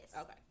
Okay